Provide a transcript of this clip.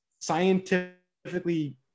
scientifically